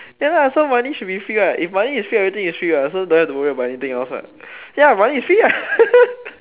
ya lah so money should be free what if money is free everything is free what so don't have to worry about anything else what ya money is free lah